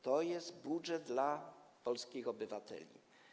To jest budżet dla polskich obywateli.